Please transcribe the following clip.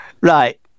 right